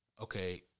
okay